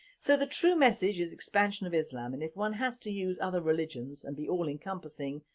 so the true message is expansion of islam and if one has to use other religions and be all encompassing,